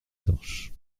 torches